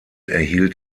erhielt